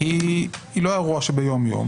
היא לא אירוע שביומיום